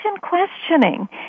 questioning